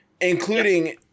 including